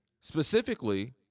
specifically